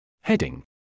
Heading